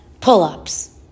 pull-ups